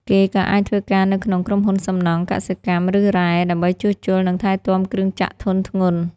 គេក៏អាចធ្វើការនៅក្នុងក្រុមហ៊ុនសំណង់ កសិកម្ម ឬរ៉ែ ដើម្បីជួសជុល និងថែទាំគ្រឿងចក្រធុនធ្ងន់ ។